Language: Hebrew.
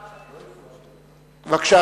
בבקשה,